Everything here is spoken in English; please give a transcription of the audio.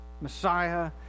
Messiah